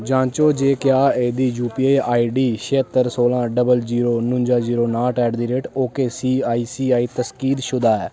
जांचो जे क्या एह्दी यू पी आई आईडी छेअतर सोलां डबल जीरो नुंजा जीरो नाह्ठ ऐट दी rate O K C I C I तसदीकशुदा ऐ